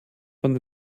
von